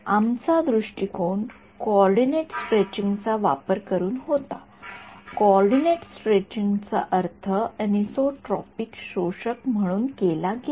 आमचा दृष्टीकोन coordinate stretching चा वापर करून होता कोऑर्डिनेट स्ट्रेचिंग चा अर्थ एनोसोट्रॉपिक शोषक म्हणून केला गेला